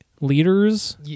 leaders